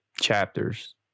chapters